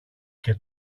και